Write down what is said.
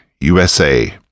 USA